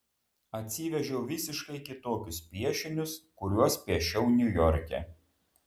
atsivežiau visiškai kitokius piešinius kuriuos piešiau niujorke